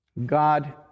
God